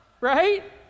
right